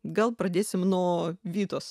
gal pradėsime nuo vitos